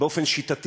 באופן שיטתי.